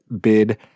bid